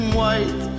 white